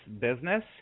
business